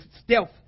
stealth